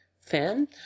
fan